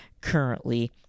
currently